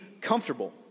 comfortable